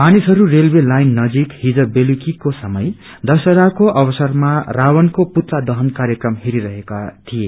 मानिसहरू railway line नजिक रात्रीको समय दशहराको अवसरमा रावणको पुतला दहन कार्यक्रम हेरिरहेका थिए